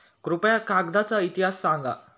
कृपया कागदाचा इतिहास सांगा